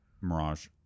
Mirage